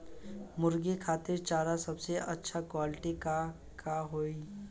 मुर्गी खातिर चारा सबसे अच्छा क्वालिटी के का होई?